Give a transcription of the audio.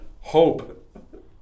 Hope